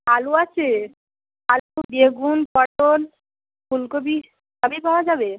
আলু আছে আলু বেগুন পটল ফুলকপি সবই পাওয়া যাবে